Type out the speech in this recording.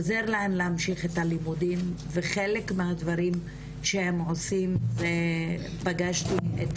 עוזר להן להמשיך את הלימודים וחלק מהדברים שהם עושים ופגשתי את